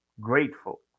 grateful